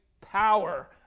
power